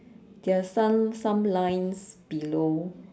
there are some some lines below